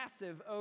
massive